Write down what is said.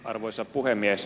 arvoisa puhemies